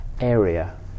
area